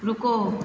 रुको